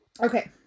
okay